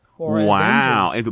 wow